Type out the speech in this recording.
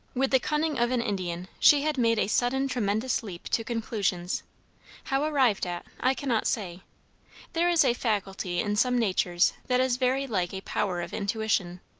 with the cunning of an indian, she had made a sudden tremendous leap to conclusions how arrived at, i cannot say there is a faculty in some natures that is very like a power of intuition.